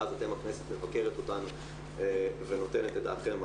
ואז אתם הכנסת מבקרת אותנו ונותנת את דעתכם.